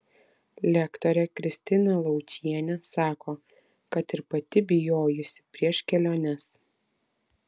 lektorė kristina laučienė sako kad ir pati bijojusi prieš keliones